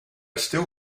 still